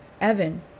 Evan